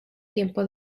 tiempo